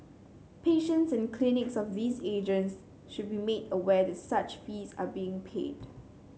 patients and clients of these agents should be made aware that such fees are being paid